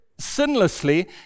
sinlessly